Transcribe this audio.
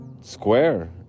square